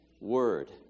word